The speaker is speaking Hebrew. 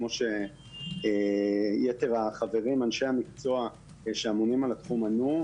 כמו שיתר החברים אנשי המקצוע שאמונים על התחום ענו.